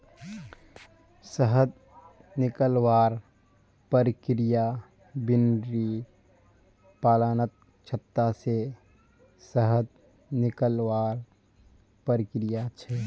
शहद निकलवार प्रक्रिया बिर्नि पालनत छत्ता से शहद निकलवार प्रक्रिया छे